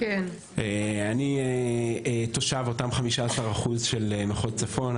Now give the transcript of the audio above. אני תושב אותם 15% של מחוז צפון,